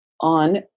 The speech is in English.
on